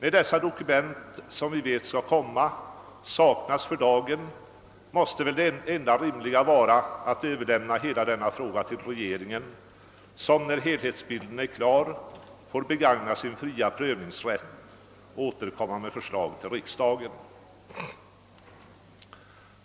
Dessa dokument, som vi vet kommer, saknas för dagen, och därför måste det enda rimliga vara att överlämna hela denna fråga till regeringen som, när helhetsbilden är klar, får begagna sin fria prövningsrätt och återkomma med förslag till riksdagen.